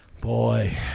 boy